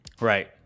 Right